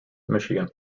michigan